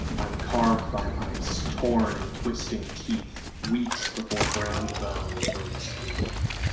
i'm carved by mice, torn in twisting teeth weeks before browned bone breaks through dirt.